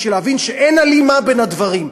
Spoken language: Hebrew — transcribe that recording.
בשביל להבין שאין הלימה בין הדברים.